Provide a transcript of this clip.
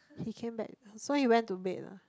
he came back so he went to bed lah